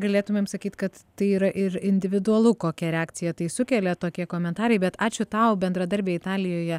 galėtumėm sakyt kad tai yra ir individualu kokią reakciją tai sukelia tokie komentarai bet ačiū tau bendradarbė italijoje